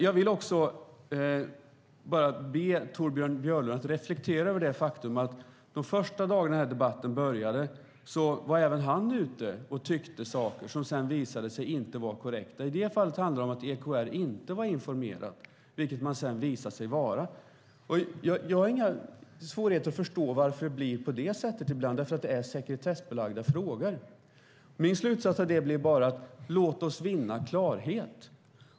Jag vill bara be Torbjörn Björlund att reflektera över det faktum att de första dagarna när den här debatten började var även han ute och tyckte saker som sedan visade sig inte vara korrekta. I det fallet handlade det om att EKR inte var informerade, vilket de sedan visade sig vara. Och jag har inga svårigheter att förstå varför det blir på det sättet ibland, därför att det är sekretessbelagda frågor. Min slutsats av detta blir bara: Låt oss vinna klarhet.